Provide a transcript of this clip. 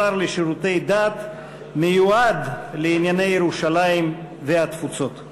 השר לשירותי דת והשר לענייני ירושלים והתפוצות.